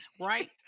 Right